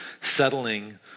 settling